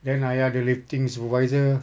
then ayah ada lifting supervisor